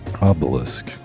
obelisk